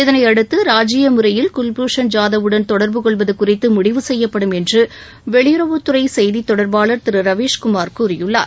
இதனையடுத்து ராஜீய முறையில் குல்பூஷன் ஜாதவுடன் தொடர்பு கொள்வது குறித்து முடிவு செய்யப்படும் என்று வெளியுறவுத்துறை செய்தி தொடர்பாளர் திரு ரவீஸ்குமார் கூறியுள்ளார்